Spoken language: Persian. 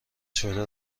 شده